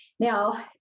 Now